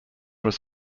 was